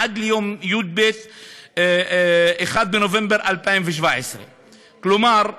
עד ליום 1 בנובמבר 2017. כלומר,